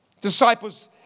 Disciples